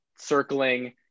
Circling